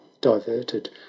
diverted